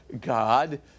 God